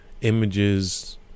images